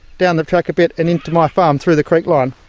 down the track a bit and into my farm through the creek line.